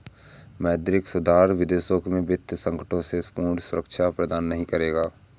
मौद्रिक सुधार विदेशों में वित्तीय संकटों से पूर्ण सुरक्षा प्रदान नहीं करेगा